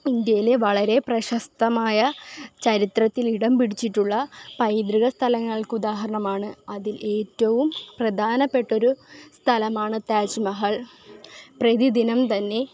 ഇന്ത്യയിലെ വളരെ പ്രശസ്തമായ ചരിത്രത്തിൽ ഇടം പിടിച്ചിട്ടുള്ള പൈതൃക സ്ഥലങ്ങൾക്ക് ഉദാഹരണമാണ് അതിൽ ഏറ്റവും പ്രധാനപ്പെട്ടൊരു സ്ഥലമാണ് താജ് മഹൽ പ്രതിദിനം തന്നെ